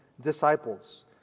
disciples